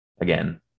again